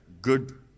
Good